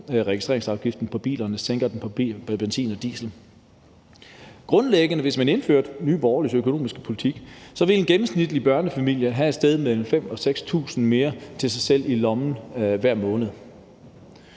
registreringsafgiften på biler, og vi vil sænke afgiften på benzin og diesel. Kl. 15:36 Hvis man indførte Nye Borgerliges økonomiske politik, ville en gennemsnitlig børnefamilie have et sted mellem 5.000 og 6.000 kr. mere til sig selv i lommen hver måned.